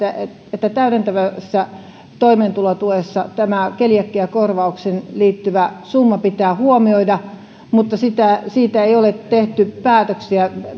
että täydentävässä toimeentulotuessa tämä keliakiakorvaukseen liittyvä summa pitää huomioida mutta siitä ei ole tehty päätöksiä